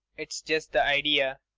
it's just the idea.